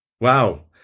wow